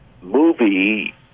movie